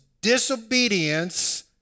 disobedience